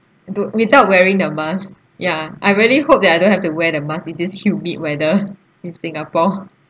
do~ without wearing the mask ya I really hope that I don't have to wear the mask in this humid weather in singapore